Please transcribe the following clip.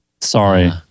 sorry